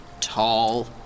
tall